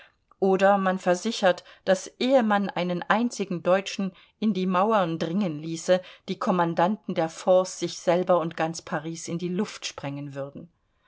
oder man versichert daß ehe man einen einzigen deutschen in die mauern dringen ließe die kommandanten der forts sich selber und ganz paris in die luft sprengen würden